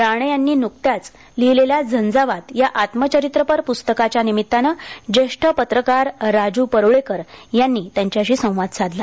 राणे यांनी नुकत्याच लिहिलेल्या झंझावात या आत्मचरित्रपर प्स्तकाच्या निमित्तानं ज्येष्ठ पत्रकार राज्र परुळेकर यांनी त्यांच्याशी संवाद साधला